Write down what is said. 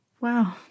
Wow